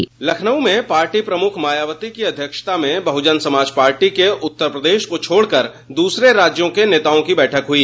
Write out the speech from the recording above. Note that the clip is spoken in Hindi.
एक रिपोर्ट लखनऊ में पार्टी प्रमुख मायावती की अध्यक्षता में बहुजन समाज पार्टी के उत्तर प्रदेश को छोड़कर दूसरे राज्यों के नेताओं की बैठक हुई